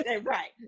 Right